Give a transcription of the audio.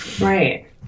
Right